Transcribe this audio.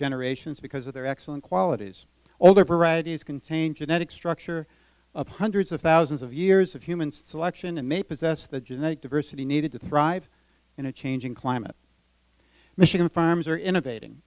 generations because of their excellent qualities all their varieties contain genetic structure of hundreds of thousands of years of human selection and may possess the genetic diversity needed to thrive in a changing climate michigan farms are innovat